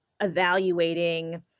evaluating